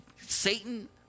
satan